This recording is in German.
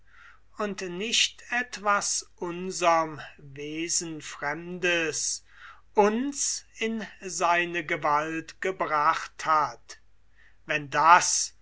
und nicht etwas unserm wesen fremdes uns in seine gewalt gebracht hat wenn das